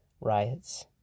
riots